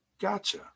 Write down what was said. gotcha